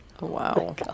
Wow